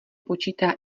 počítá